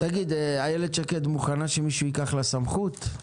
איילת שקד מוכנה שמישהו ייקח לה סמכות?